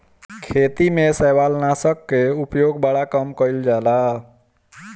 खेती में शैवालनाशक कअ उपयोग बड़ा कम कइल जाला